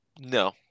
No